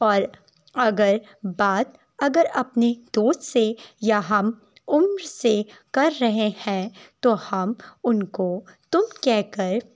اور اگر بات اگر اپنے دوست سے یا ہم عمر سے کر رہے ہیں تو ہم ان کو تم کہہ کر